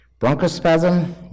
bronchospasm